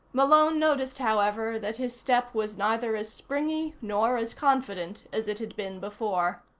malone noticed, however, that his step was neither as springy nor as confident as it had been before.